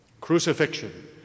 crucifixion